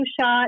shot